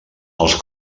els